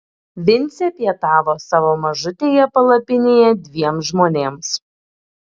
vincė pietavo savo mažutėje palapinėje dviem žmonėms